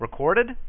recorded